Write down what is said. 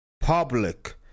public